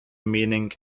meaning